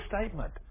statement